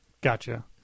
Gotcha